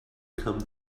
come